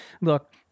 look